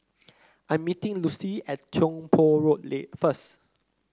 I'm meeting Lucille at Tiong Poh Road Lee first